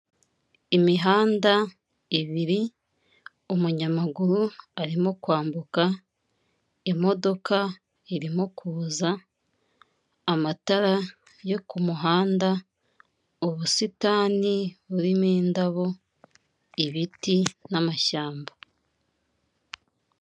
Imihanda ibiri, umunyamaguru arimo kwambuka, imodoka irimo kuzaza, amatara yo kumuhanda, ubusitani burimo indabo, ibiti n'amashyamba.